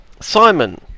Simon